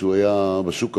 כשהוא היה בשוק הפרטי,